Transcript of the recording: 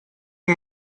ihr